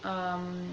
um